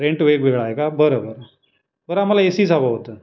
rent वेगवेगळा आहे का बरं बरं बरं आम्हाला ए सीच हवं होतं